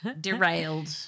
derailed